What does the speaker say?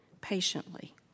patiently